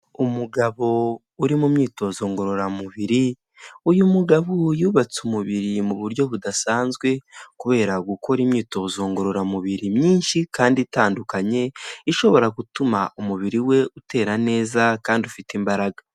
Umugabo uri mu myitozo ngororamubiri, uyu mugabo yubatse umubiri mu buryo budasanzwe, kubera gukora imyitozo ngororamubiri myinshi kandi itandukanye, ishobora gutuma umubiri we utera neza kandi ufite imbaraga.